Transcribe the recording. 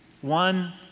One